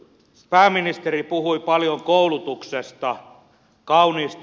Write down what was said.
pääministeri puhui paljon koulutuksesta kauniisti